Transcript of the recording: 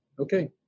Okay